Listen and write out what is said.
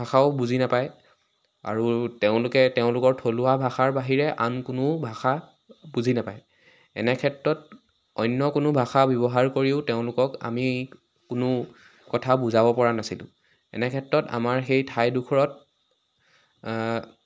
ভাষাও বুজি নাপায় আৰু তেওঁলোকে তেওঁলোকৰ থলুৱা ভাষাৰ বাহিৰে আন কোনো ভাষা বুজি নাপায় এনে খেত্তত অন্য কোনো ভাষা ব্যৱহাৰ কৰিও তেওঁলোকক আমি কোনো কথা বুজাব পৰা নাছিলো এনে খেত্তত আমাৰ সেই ঠাই ডোখৰত